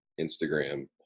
Instagram